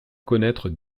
connaître